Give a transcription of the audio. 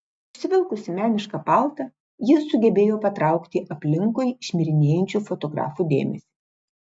užsivilkusi menišką paltą ji sugebėjo patraukti aplinkui šmirinėjančių fotografų dėmesį